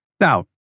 Now